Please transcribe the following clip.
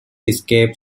escape